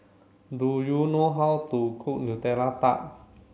do you know how to cook Nutella Tart